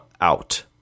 Out